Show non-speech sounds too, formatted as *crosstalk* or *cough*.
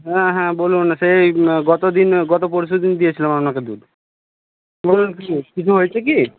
হ্যাঁ হ্যাঁ বলুন সেই *unintelligible* গত দিন গত পরশু দিন দিয়েছিলাম আপনাকে দুধ বলুন কি কিছু হয়েছে কি